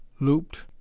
looped